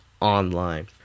online